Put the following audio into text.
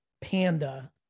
panda